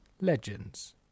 legends